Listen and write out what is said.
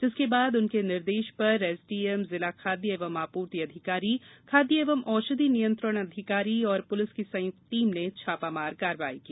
जिसके बाद उनके निर्देश पर एसडीएम जिला खाद्य एवं आपूर्ति अधिकारी खाद्य एवं औषधि नियंत्रण अधिकारी और पुलिस की संयुक्त टीम ने छापा मार कार्रवाई की